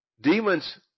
Demons